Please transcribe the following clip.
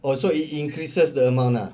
also it increases the amount lah